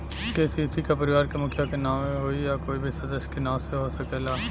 KCC का परिवार के मुखिया के नावे होई या कोई भी सदस्य के नाव से हो सकेला?